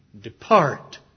Depart